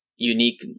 Unique